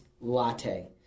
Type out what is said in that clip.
Latte